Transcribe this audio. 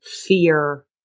fear